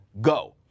go